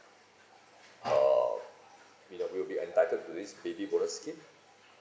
uh will that we'll be entitled to this baby bonus scheme